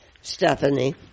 Stephanie